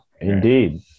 Indeed